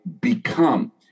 become